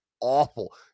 awful